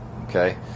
Okay